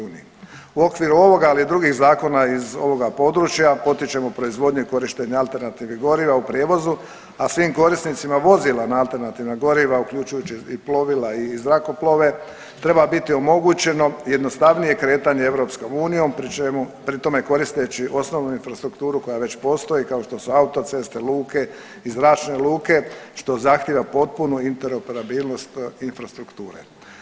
U okviru ovoga, ali i drugih zakona iz ovoga područja, potičemo proizvodnju i korištenje alternativnih goriva u prijevozu, a svim korisnicima vozila na alternativna goriva uključujući i plovila i zrakoplove treba biti omogućeno jednostavnije kretanje EU, pri čemu, pri tome koristeći osnovnu infrastrukturu koja već postoji, kao što su autoceste, luke i zračne luke, što zahtjeva potpunu interoperabilnost infrastrukture.